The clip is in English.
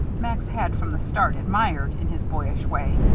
max had from the start admired, in his boyish way,